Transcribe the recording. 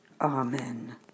Amen